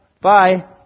bye